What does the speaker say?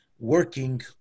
Working